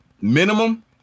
minimum